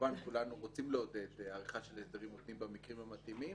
כמובן כולנו רוצים לעודד עריכה של הסדרים מותנים במקרים המתאימים